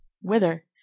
Whither